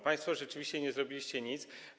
Państwo rzeczywiście nie zrobiliście nic.